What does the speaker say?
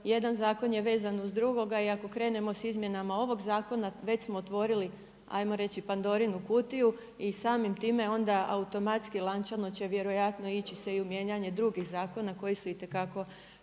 jedan zakon je vezan uz drugog i ako krenemo s izmjenama ovog zakona već smo otvorili ajmo reći Pandorinu kutiju i samim time onda automatski lančano će vjerojatno ići se i u mijenjanje drugih zakona čija je izmjena